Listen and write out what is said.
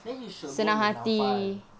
then you should go you will afal